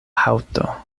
haŭto